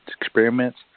experiments